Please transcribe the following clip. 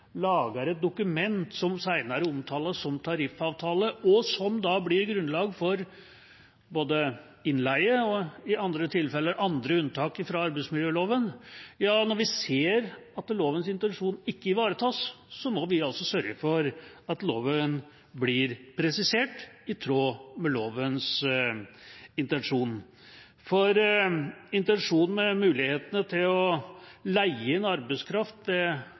lager et dokument som senere omtales som «tariffavtale», og som blir grunnlag for både innleie og i andre tilfeller andre unntak fra arbeidsmiljøloven, og vi ser at lovens intensjon ikke ivaretas, må vi sørge for at loven blir presisert i tråd med lovens intensjon. For intensjonen med mulighetene til å leie inn arbeidskraft